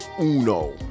uno